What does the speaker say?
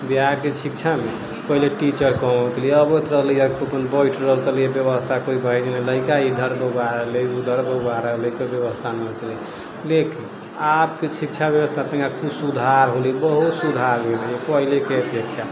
बिहारके शिक्षा ने पहिले टीचर कम अबैत रहली अबैत रहली हँ कखन बैठ रहल तऽ व्यवस्था कोइ रहै नहि लड़िका इधर बौआ रहल अय उधर बौआ रहल अय कोइ व्यवस्था नहि होइत रहै लेकिन आबके शिक्षा व्यवस्था तनिटा किछु सुधार होलै बहुत सुधार हो गेलै पहिलेके अपेक्षा